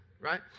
Right